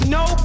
no